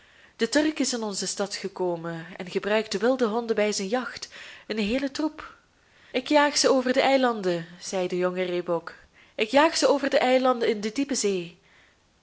de turk is in onze stad gekomen en gebruikt wilde honden bij zijn jacht een heelen troep ik jaag ze over de eilanden zei de jonge reebok ik jaag ze over de eilanden in de diepe zee